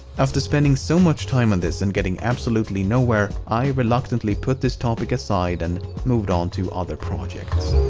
after spending so much time on this and getting absolutely nowhere i reluctantly put this topic aside and moved on to other projects.